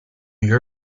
you